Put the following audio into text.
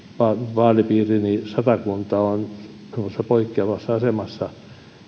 vaalipiirini satakunnan käräjäoikeus on semmoisessa poikkeavassa asemassa